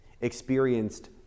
experienced